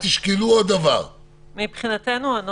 יש לה תפקידים ברמה הלאומית-אסטרטגית,